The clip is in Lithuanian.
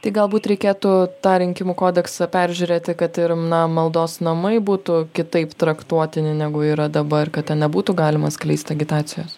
tai galbūt reikėtų tą rinkimų kodeksą peržiūrėti kad ir na maldos namai būtų kitaip traktuotini negu yra dabar kad ten ne būtų galima skleisti agitacijos